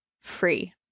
free